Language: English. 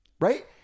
right